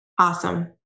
Awesome